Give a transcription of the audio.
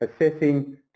assessing